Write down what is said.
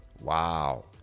Wow